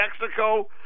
Mexico